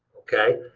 okay?